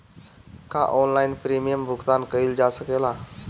का online premium भुगतान कईल जा सकेला?